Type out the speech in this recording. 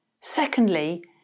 Secondly